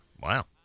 Wow